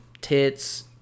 tits